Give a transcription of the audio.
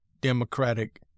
democratic